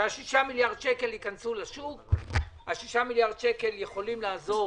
כשהסכום הזה ייכנס לשוק זה יכול לעזור